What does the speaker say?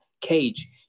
CAGE